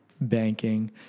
banking